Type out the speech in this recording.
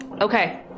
Okay